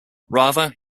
rather